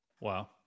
Wow